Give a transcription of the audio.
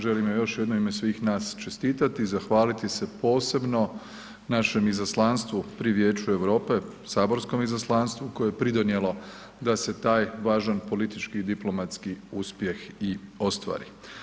Želim joj još jednom u ime svih nas čestitati i zahvaliti se posebno našem izaslanstvu pri Vijeću Europe, saborskom izaslanstvu koje je pridonijelo da se taj važan politički i diplomatski uspjeh i ostvari.